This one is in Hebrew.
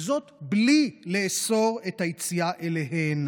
וזאת בלי לאסור את היציאה אליהן.